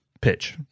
pitch